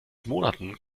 monaten